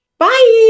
Bye